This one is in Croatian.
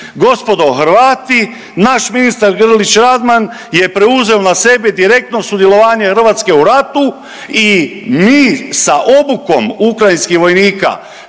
gospodo Hrvati naš ministar Grlić Radman je preuzeo na sebe direktno sudjelovanje Hrvatske u ratu i mi sa obukom ukrajinskih vojnika